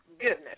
goodness